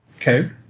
Okay